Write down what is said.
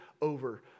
over